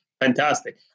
fantastic